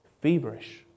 feverish